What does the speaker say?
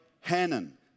Hannon